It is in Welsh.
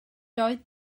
doedd